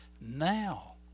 now